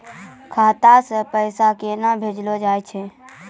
खाता से पैसा केना भेजलो जाय छै?